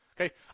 Okay